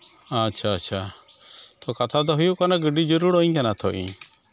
ᱟᱪᱪᱷᱟ ᱟᱪᱪᱷᱟ ᱛᱚ ᱠᱟᱛᱷᱟ ᱫᱚ ᱦᱩᱭᱩᱜ ᱠᱟᱱᱟ ᱜᱟᱹᱰᱤ ᱡᱟᱹᱨᱩᱲᱟᱹᱧ ᱠᱟᱱᱟ ᱛᱚ ᱤᱧ